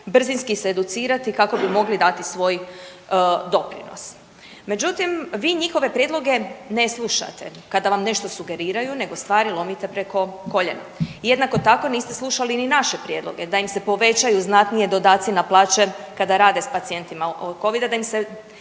brzinski se educirati kako bi mogli dati svoj doprinos. Međutim, vi njihove prijedloge ne slušate kada vam nešto sugeriraju nego stvari lomite preko koljena. Jednako tako, niste slušali ni naše prijedloge, da im se povećaju znatnije dodaci na plaće kada rade s pacijentima od Covida, da im se